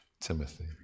Timothy